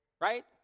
right